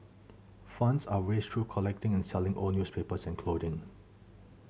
funds are raised through collecting and selling old newspapers and clothing